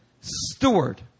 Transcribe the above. steward